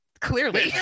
clearly